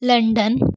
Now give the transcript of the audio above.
London